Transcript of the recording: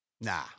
Nah